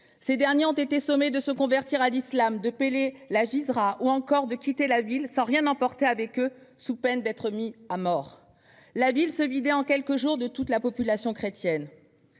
Ces derniers ont été sommés de se convertir à l'islam, de payer la jizya ou de quitter la ville sans rien emporter avec eux sous peine d'être mis à mort. Cette cité s'est vidée en quelques jours de toute sa population chrétienne.